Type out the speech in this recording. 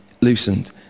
loosened